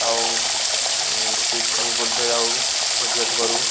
ଆଉ ପିକନିକ୍ ବୁଲିତେ ଯାଉ ଭୋଜିଭାତ କରୁ